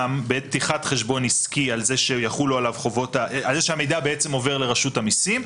יש חובה ליידע אדם בעת פתיחת חשבון עסקי על זה שהמידע עובר לרשות המסים.